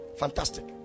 Fantastic